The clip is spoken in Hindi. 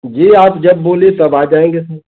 जी आप जब बोलिए तब आ जाएँगे सर